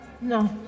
No